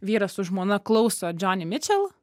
vyras su žmona klauso džoni mičel